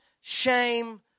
shame